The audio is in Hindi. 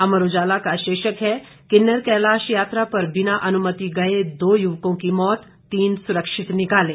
अमर उजाला का शीर्षक है किन्नर कैलाश यात्रा पर बिना अनुमति गए दो युवकों की मौत तीन सुरक्षित निकाले